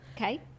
okay